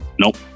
Nope